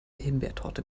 himbeertorte